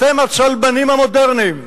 אתם הצלבנים המודרניים,